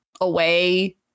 away